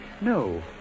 No